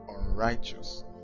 unrighteous